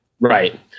Right